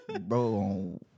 bro